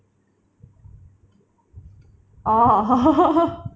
orh